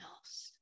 else